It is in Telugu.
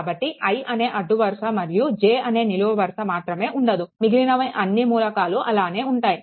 కాబట్టి i అనే అడ్డు వరుస మరియు j అనే నిలువ వరుస మాత్రమే ఉండదు మిగిలినవి అన్నీ మూలకాలు అలానే ఉంటాయి